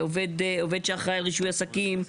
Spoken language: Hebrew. עובד שאחראי על רישוי עסקים.